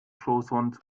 schoßhund